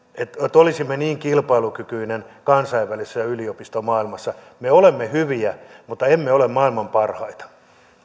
että olisimme niin kilpailukykyinen maa kansainvälisessä yliopistomaailmassa me olemme hyviä mutta emme ole maailman parhaita